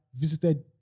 visited